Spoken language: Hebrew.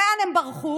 לאן הם ברחו?